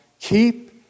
keep